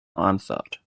answered